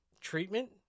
Treatment